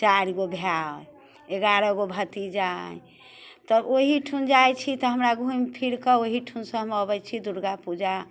चारिगो भाय अइ एगारहगो भतीजा अइ तब ओहिठुन जाइत छी तऽ हमरा घूमि फिरके ओहिठुनसँ हम अबैत छी दुर्गा पूजा